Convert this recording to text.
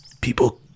people